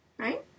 Right